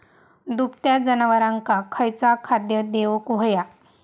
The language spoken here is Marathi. दुभत्या जनावरांका खयचा खाद्य देऊक व्हया?